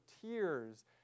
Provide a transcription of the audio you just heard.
tears